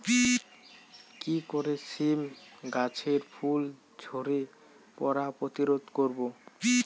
কি করে সীম গাছের ফুল ঝরে পড়া প্রতিরোধ করব?